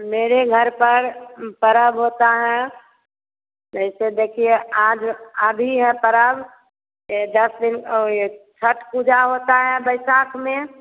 मेरे घर पर पर्व होता है जैसे देखिए आज अभी है पर्व ये दस दिन और ये छठ पूजा होता है बैसाख में